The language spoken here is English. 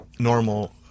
normal